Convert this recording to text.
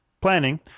planning